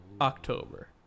october